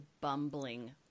bumbling